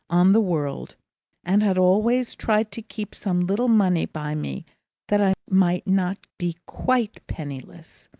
on the world and had always tried to keep some little money by me that i might not be quite penniless.